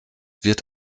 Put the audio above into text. wird